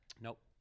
Nope